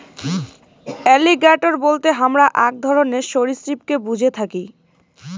alligator বলতে হামরা আক ধরণের সরীসৃপকে বুঝে থাকি